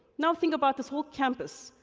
now, think about this whole campus,